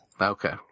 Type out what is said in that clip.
Okay